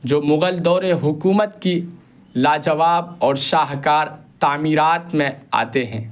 جو مغل دور حکومت کی لاجواب اور شاہکار تعمیرات میں آتے ہیں